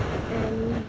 and